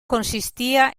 consistía